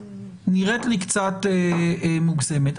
נראית לי קצת מוגזמת.